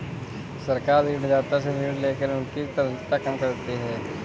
सरकार ऋणदाता से ऋण लेकर उनकी तरलता कम करती है